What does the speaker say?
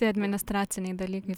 tie administraciniai dalykai